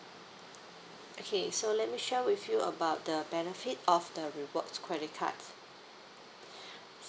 okay so let me share with you about the benefit of the rewards credit cards